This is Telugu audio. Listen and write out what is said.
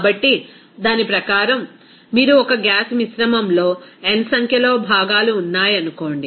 కాబట్టి దాని ప్రకారం మీరు ఒక గ్యాస్ మిశ్రమంలో n సంఖ్యలో భాగాలు ఉన్నాయనుకోండి